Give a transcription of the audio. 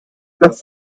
das